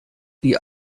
die